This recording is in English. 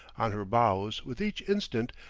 on her bows, with each instant,